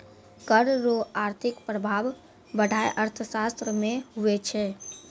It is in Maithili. कर रो आर्थिक प्रभाब पढ़ाय अर्थशास्त्र मे हुवै छै